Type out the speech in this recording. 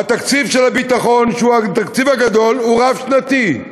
תקציב הביטחון, שהוא התקציב הגדול, הוא רב-שנתי: